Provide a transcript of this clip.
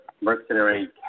mercenary